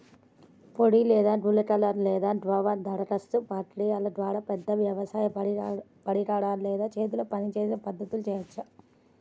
పొడి లేదా గుళికల లేదా ద్రవ దరఖాస్తు ప్రక్రియల ద్వారా, పెద్ద వ్యవసాయ పరికరాలు లేదా చేతితో పనిచేసే పద్ధతులను చేయవచ్చా?